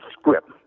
script